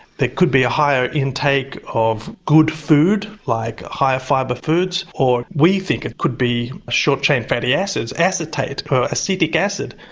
it could be a higher intake of good food like higher fibre foods, or we think it could be short-chain fatty acid acetate or acidic acid,